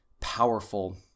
powerful